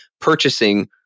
purchasing